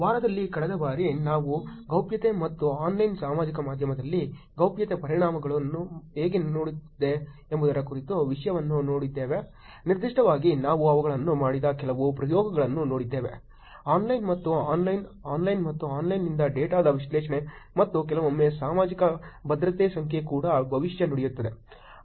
ವಾರದಲ್ಲಿ ಕಳೆದ ಬಾರಿ ನಾವು ಗೌಪ್ಯತೆ ಮತ್ತು ಆನ್ಲೈನ್ ಸಾಮಾಜಿಕ ಮಾಧ್ಯಮದಲ್ಲಿ ಗೌಪ್ಯತೆಯ ಪರಿಣಾಮಗಳು ಹೇಗೆ ನಡೆಯುತ್ತಿದೆ ಎಂಬುದರ ಕುರಿತು ವಿಷಯವನ್ನು ನೋಡಿದ್ದೇವೆ ನಿರ್ದಿಷ್ಟವಾಗಿ ನಾವು ಅವುಗಳನ್ನು ಮಾಡಿದ ಕೆಲವು ಪ್ರಯೋಗಗಳನ್ನು ನೋಡಿದ್ದೇವೆ ಆನ್ಲೈನ್ ಮತ್ತು ಆನ್ಲೈನ್ ಆಫ್ಲೈನ್ ಮತ್ತು ಆನ್ಲೈನ್ನಿಂದ ಡೇಟಾದ ವಿಶ್ಲೇಷಣೆ ಮತ್ತು ಕೆಲವೊಮ್ಮೆ ಸಾಮಾಜಿಕ ಭದ್ರತೆ ಸಂಖ್ಯೆ ಕೂಡ ಭವಿಷ್ಯ ನುಡಿಯುತ್ತಿದೆ